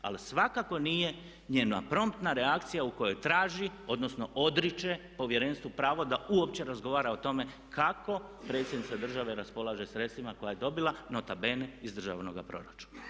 Ali svakako nije njena promptna reakcija u kojoj traži, odnosno odriče Povjerenstvu pravo da uopće razgovara o tome kako Predsjednica Države raspolaže sredstvima koje je dobila nota bene iz državnoga proračuna.